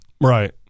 Right